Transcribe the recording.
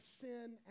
sin